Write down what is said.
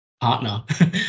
partner